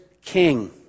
king